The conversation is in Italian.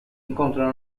incontrano